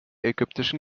ägyptischen